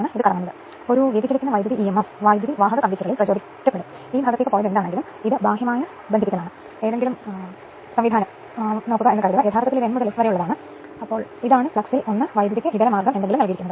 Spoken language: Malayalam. ഇപ്പോൾ കൈമാറ്റം ചെയ്യപ്പെട്ട പകുതി ലോഡിന്റെ ഫലം ഐക്യ പവർ ഫാക്ടർ പകുതി ലോഡ് എന്നതിനർത്ഥം കെവിഎയെ ഐക്യ പവർ ഫാക്ടറിന്റെ 2 കൊണ്ട് അർത്ഥമാക്കുന്നു